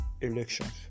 elections